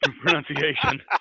pronunciation